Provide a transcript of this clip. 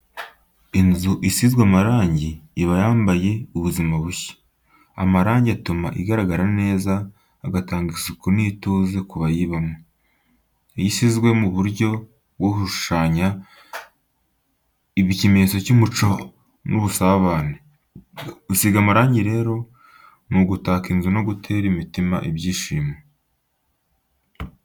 Inzu isizwe amarangi iba yambaye ubuzima bushya. Amarangi atuma igaragara neza, agatanga isuku n’ituze ku bayibamo. Iyo isizwe mu buryo bwo gushushanya, iba ikimenyetso cy’umuco n’ubusabane. Gusiga amarangi rero ni ugutaka inzu no gutera imitima ibyishimo.